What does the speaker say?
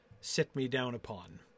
sit-me-down-upon